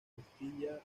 castilla